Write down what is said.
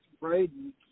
Braden